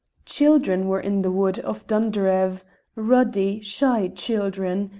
children were in the wood of dunderave ruddy, shy children,